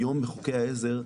היום בחוקי העזר,